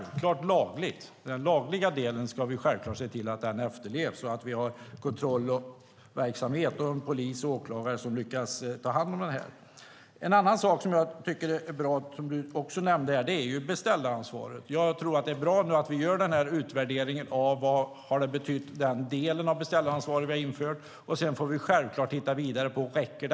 Vi ska självfallet se till att den lagliga delen efterlevs och att vi har kontrollverksamhet med polis och åklagare. En annan bra sak som nämndes här är beställaransvaret. Jag tror att det är bra att vi gör den här utvärderingen av vad den del av beställaransvaret som vi har infört har betytt, och sedan får vi se över om det räcker.